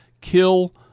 kill